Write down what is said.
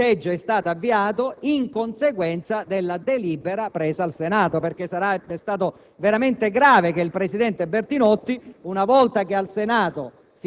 Come si è posto allora il problema? Si è posto, in conseguenza della decisione presa da noi al Senato, per la Camera: sarebbe stato naturale,